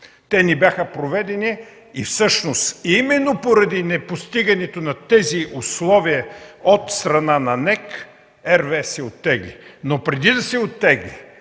Те не бяха проведени. Именно поради непостигането на тези условия от страна на НЕК, RWE се оттегли, но преди да се оттегли